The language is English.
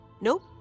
Nope